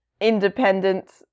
independent